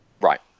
Right